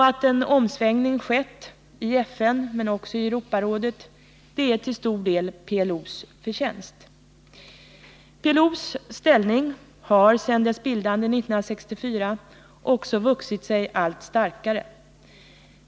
Att en omsvängning skett bl.a. i FN men också i Europarådet är till stor del PLO:s förtjänst. PLO:s ställning har sedan dess bildande 1964 också vuxit sig allt starkare.